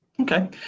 Okay